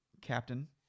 captain